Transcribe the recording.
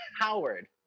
Howard